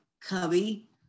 cubby